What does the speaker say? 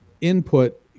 input